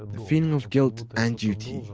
the feeling of guilt and duty.